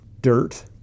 dirt